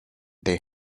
they